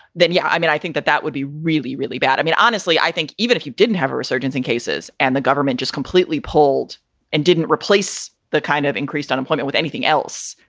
then. yeah, i mean, i think that that would be really, really bad. i mean, honestly, i think even if you didn't have a resurgence in cases and the government just completely pulled and didn't replace that kind of increased unemployment with anything else,